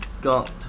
got